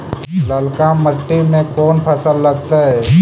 ललका मट्टी में कोन फ़सल लगतै?